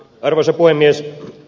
arvoisa puhemies